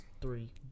Three